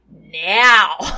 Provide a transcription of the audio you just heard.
now